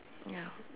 ya